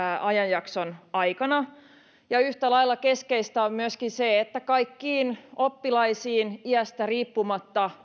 ajanjakson aikana yhtä lailla keskeistä on myöskin se että kaikkiin oppilaisiin iästä riippumatta